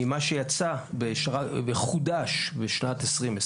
ממה שיצא וחודש בשנת 2020,